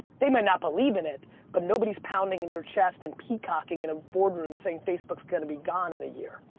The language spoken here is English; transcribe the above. they might not believe in it but nobody's pounding their chest and peacocking in a boardroom saying facebook's gonna be gone in a year.